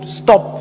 stop